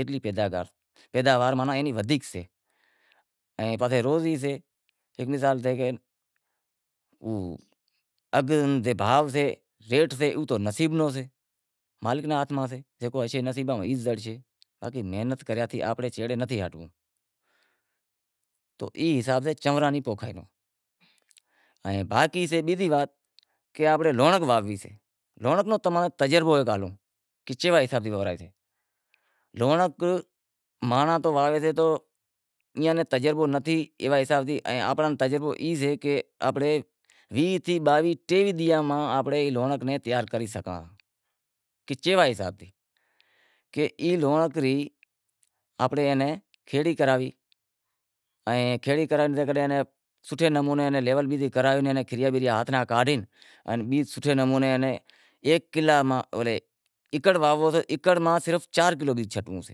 اتلی پیداوار، پیداوار ماناں ودھیک سے پسے روزی سے، ایک مثال سے کہ اگ جے بھاو سے او تو نصیب نو سے، مالک نیں ہاتھ میں سے جیکو نصیب میں ہوشے، زڑشے باقی محنت کریانتھی آپرے چھیڑے نتھی ہٹتو، تو ای حساب سے چونرا ری پوکھائی رو، ائیں باقی سے بیزی وات کہ اگر آپاں نیں لونڑنک واہنونڑی سے لونڑنک رو تو ہیک تجربو ئی الگ سے کہ چیوا حساب سیں وونورایجسے، لونڑنک مانڑا تو واہویسیں تو ایئاں ناں تجربو نتھی ایئاں حساب سیں ایئں آپاں نیں تجربو ای سے کہ ویہہ باویہہ ٹیویہہ دینہاں ماں آنپڑی لونڑنک نی تیار کری سگھاں، کہ چیوا حساب تی، کہ ای لونڑنک ری آنپڑی ای کھیڑی کراوی، ان کھیڑی کراوے سوٹھے نمونے ایئے ناں لیول بیزی کراوے ان کھیریا بیریا ہاتھ راں کاڈھے ان بیج سوٹھے نمونے ان ایک کلا ماں اگر ایکڑ وانہونڑو سے تو ایکڑ ماں صرف چار کلو بج چھنٹنڑو سے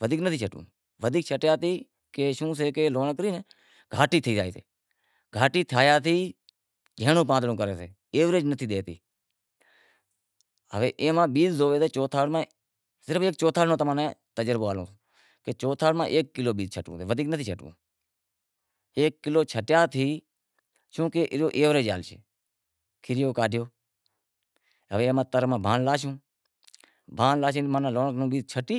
ودھیک نتھی طھنٹنڑو، ودھیک چگٹیا تھی تو شوں سے کہ لونڑنک ری گھاٹی تھے زائشے، گھاٹی تھایا تی ایوریج نتھی ڈیوتی، ہوے ای ماں بیز زوئیسے ایک چوتھاڑ میں صرف ایک کلو بیج چھنٹنڑو سے ودھیک نتھی چھنٹنڑو، ایک کلو چھنٹیا تھی شوں کہ اینو ایوریج آوشے کھیریو کاڈھیو ہوے تر ماں بھانڑ لاشوں، بھانڑ لانشے لونڑک رو بیج چھٹی